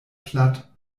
platt